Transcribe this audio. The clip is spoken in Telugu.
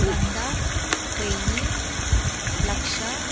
వంద వెయ్యి లక్ష